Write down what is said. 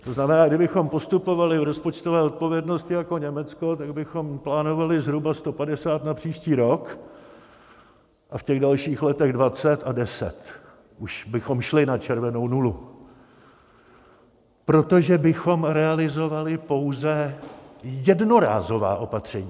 To znamená, kdybychom postupovali v rozpočtové odpovědnosti jako Německo, tak bychom plánovali zhruba 150 na příští rok a v těch dalších letech 20 a 10, už bychom šli na červenou nulu, protože bychom realizovali pouze jednorázová opatření.